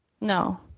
No